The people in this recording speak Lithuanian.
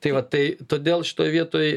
tai va tai todėl šitoj vietoj